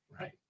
Right